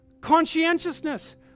Conscientiousness